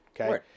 Okay